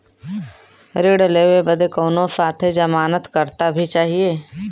ऋण लेवे बदे कउनो साथे जमानत करता भी चहिए?